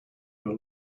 your